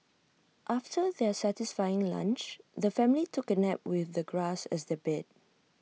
after their satisfying lunch the family took A nap with the grass as their bed